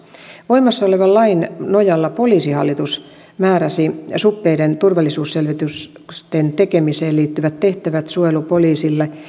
voimassa olevan lain nojalla poliisihallitus määräsi suppeiden turvallisuusselvitysten tekemiseen liittyvät tehtävät suojelupoliisille